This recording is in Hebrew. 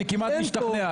אני כמעט משתכנע,